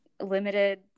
limited